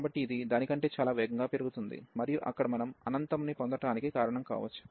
కాబట్టి ఇది దాని కంటే చాలా వేగంగా పెరుగుతోంది మరియు అక్కడ మనం అనంతంని పొందడానికి కారణం కావొచ్చు